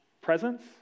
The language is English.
presence